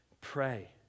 Pray